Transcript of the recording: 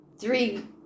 three